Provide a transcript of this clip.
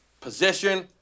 position